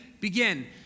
Begin